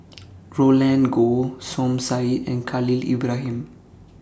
Roland Goh Som Said and Khalil Ibrahim